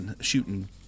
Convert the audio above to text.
shooting